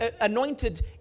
anointed